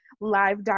live